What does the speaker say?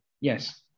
Yes